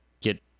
get